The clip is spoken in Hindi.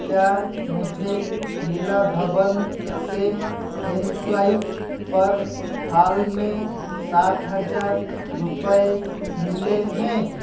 क्या मुझे लीला धवन से एम स्वाइप पर हाल में सात हज़ार रुपये मिले हैं